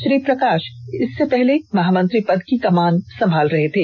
श्री प्रकाष इससे पहले महामंत्री पद की कमान संभाल रहे थे